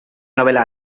novela